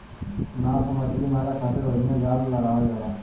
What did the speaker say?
नाव से मछली मारे खातिर ओहिमे जाल लगावल जाला